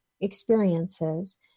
experiences